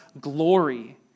glory